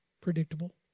predictable